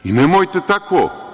Nemojte tako!